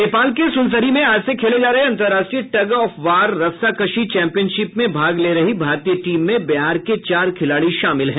नेपाल के सुनसरी में आज से खेले जा रहे अंतर्राष्ट्रीय टग ऑफ वार रस्साकशी चैम्पियनशिप में भाग ले रही भारतीय टीम में बिहार के चार खिलाड़ी शामिल हैं